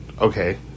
okay